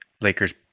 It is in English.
lakers